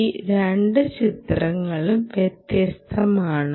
ഈ രണ്ട് ചിത്രങ്ങളും വ്യത്യസ്തമാണ്